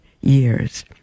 years